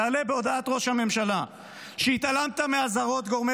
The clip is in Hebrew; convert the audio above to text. תעלה בהודעת ראש הממשלה שהתעלמת מאזהרות גורמי